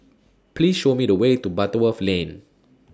Please Show Me The Way to Butterworth Lane